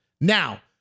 Now